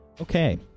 Okay